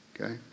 okay